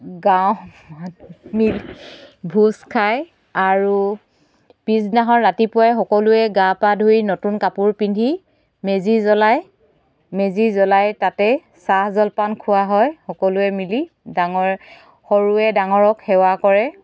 গাঁও ভোজ খায় আৰু পিছদিনাখন ৰাতিপুৱাই সকলোৱে গা পা ধুই নতুন কাপোৰ পিন্ধি মেজি জ্বলায় মেজি জ্বলাই তাতে চাহ জলপান খোৱা হয় সকলোৱে মিলি ডাঙৰ সৰুৱে ডাঙৰক সেৱা কৰে